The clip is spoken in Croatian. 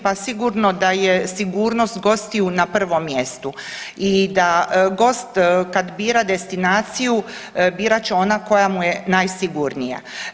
Pa sigurno da je sigurnost gostiju na prvom mjestu i da gost kad bira destinaciju, birat će ona koja mu je najsigurnija.